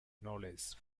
knowledge